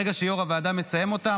ברגע שיו"ר הוועדה מסיים אותם,